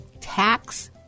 tax